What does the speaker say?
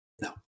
No